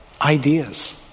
Ideas